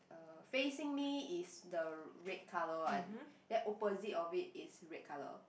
uh facing me is the red colour one then opposite of it is red colour